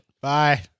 Bye